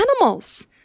Animals